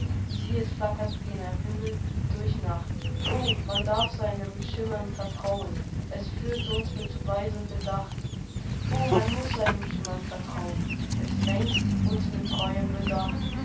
sieh es flackert gen himmel durch nacht o man darf seinem schimmern vertrauen es führt uns mit weisem bedacht o man muß seinem schimmern vertrauen es lenkt uns mit treuem bedacht